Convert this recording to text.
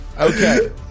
Okay